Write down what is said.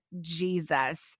Jesus